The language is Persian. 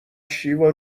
شیوا